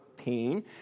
pain